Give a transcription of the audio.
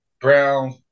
brown